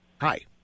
Hi